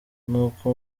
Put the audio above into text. nuko